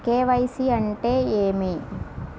KYC అంటే ఏమి?